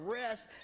rest